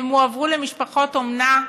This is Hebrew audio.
הם הועברו למשפחות אומנה,